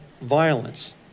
violence